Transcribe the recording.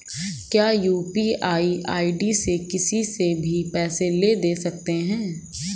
क्या UPI ID से किसी से भी पैसे ले दे सकते हैं?